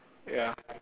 ya